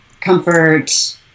comfort